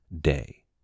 day